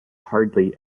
hardly